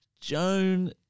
Joan